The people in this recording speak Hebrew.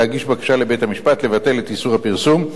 להגיש בקשה לבית-המשפט לבטל את איסור הפרסום,